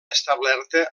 establerta